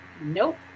Nope